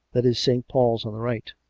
that is st. paul's on the right.